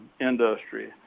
industry